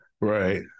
Right